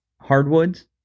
hardwoods